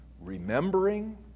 Remembering